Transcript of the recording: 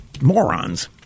morons